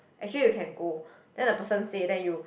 actually you can go then the person say then you